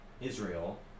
Israel